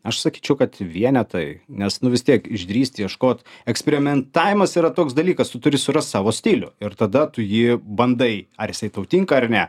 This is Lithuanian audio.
aš sakyčiau kad vienetai nes nu vis tiek išdrįst ieškot eksperimentavimas yra toks dalykas tu turi surast savo stilių ir tada tu jį bandai ar jisai tau tinka ar ne